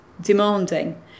demanding